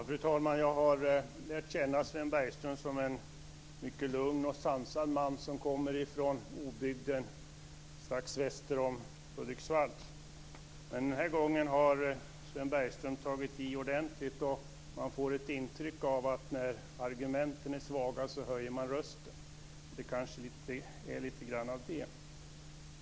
Fru talman! Jag har lärt känna Sven Bergström som en mycket lugn och sansad man, som kommer från obygden strax väster om Hudiksvall. Men den här gången har Sven Bergström tagit i ordentligt. Jag får ett intryck av att när argumenten är svaga höjer man rösten. Det kanske är lite grann av det.